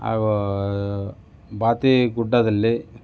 ಹಾಗೂ ಬಾತಿ ಗುಡ್ಡದಲ್ಲಿ